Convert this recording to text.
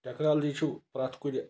technology چھُ پرٛٮ۪تھ کُنہِ